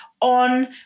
on